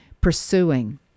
pursuing